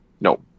Nope